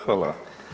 Hvala.